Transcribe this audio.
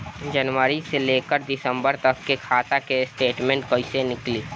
जनवरी से लेकर दिसंबर तक के खाता के स्टेटमेंट कइसे निकलि?